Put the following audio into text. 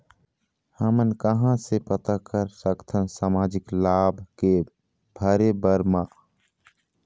हमन कहां से पता कर सकथन सामाजिक लाभ के भरे बर मा?